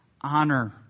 honor